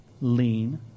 Lean